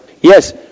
Yes